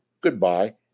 goodbye